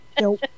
Nope